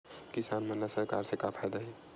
किसान मन ला सरकार से का फ़ायदा हे?